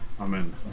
Amen